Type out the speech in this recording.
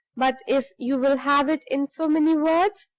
but if you will have it in so many words,